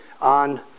on